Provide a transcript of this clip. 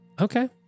Okay